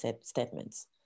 statements